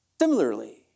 Similarly